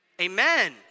amen